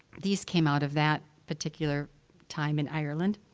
these came out of that particular time in ireland.